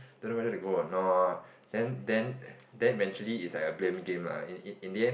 don't know whether to go or not then then then eventually is like a blame game lah in in the end